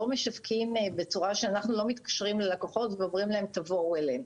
לא משווקים בצורה שאנחנו מתקשרים ללקוחות ואומרים להם לבוא אלינו.